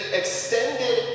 extended